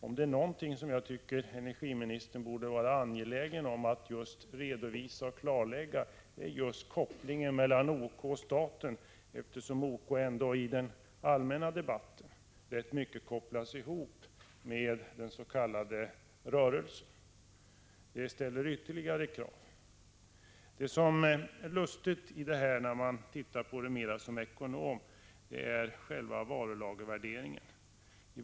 Om det är någonting som energiministern borde vara angelägen om att redovisa och klarlägga, är det just kopplingen mellan OK och staten. OK kopplas ju ändå i den allmänna debatten i rätt stor utsträckning ihop med den s.k. rörelsen. Det gör att man ställer ytterligare krav i detta sammanhang. Om man mera från ekonomens synvinkel ser på detta, finner man att själva varulagervärderingen är lustig.